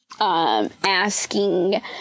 asking